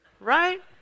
Right